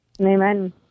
Amen